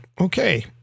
okay